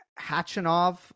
Hachanov